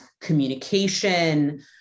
communication